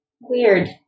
weird